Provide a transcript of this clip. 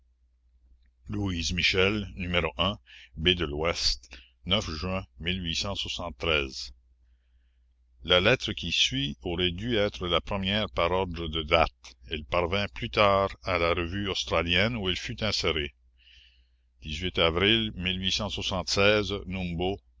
michel n es de louest juin a lettre qui suit aurait dû être la première par ordre de date elle parvint plus tard à la revue australienne où elle fut insérée avril umbo